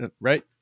right